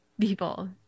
people